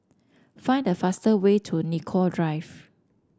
find the fast way to Nicoll Drive